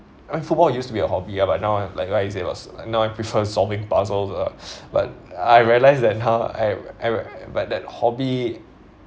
football used to be a hobby lah but now I'm like I saw it was now I prefer solving puzzles ah but I realise that now I I but that hobby